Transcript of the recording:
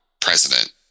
president